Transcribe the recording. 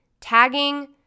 Tagging